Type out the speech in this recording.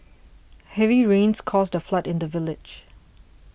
heavy rains caused a flood in the village